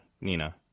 Nina